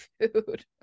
food